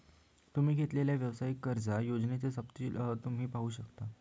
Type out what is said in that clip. तुम्ही घेतलेल्यो वैयक्तिक कर्जा योजनेचो तपशील तुम्ही पाहू शकता